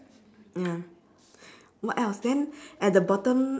ya what else then at the bottom